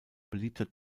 beliebter